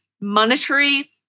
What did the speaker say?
monetary